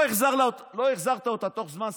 לא החזרת אותה בתוך זמן סביר,